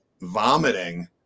vomiting